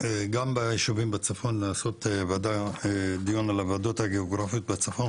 גם בישובים בצפון לעשות דיון על הוועדות הגיאוגרפיות בצפון,